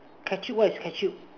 catch you what's a catch you